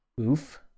Oof